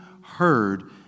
heard